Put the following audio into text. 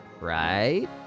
Right